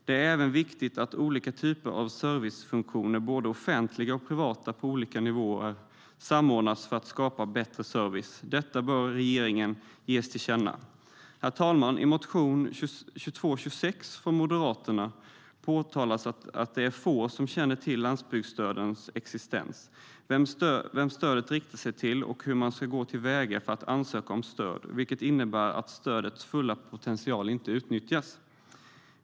Det är även viktigt att olika typer av servicefunktioner, både offentliga och privata på olika nivåer, samordnas för att skapa bättre service. Detta bör regeringen ges till känna. Herr talman! I motion 2226 från Moderaterna påtalas att det är få som känner till landsbygdsstödets existens, vem stödet riktar sig till och hur man ska gå till väga för att ansöka om stöd, vilket innebär att stödets fulla potential inte utnyttjas.